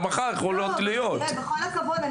בכל הכבוד,